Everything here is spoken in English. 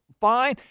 fine